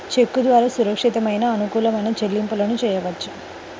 చెక్కు ద్వారా సురక్షితమైన, అనుకూలమైన చెల్లింపులను చెయ్యొచ్చు